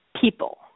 People